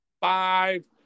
five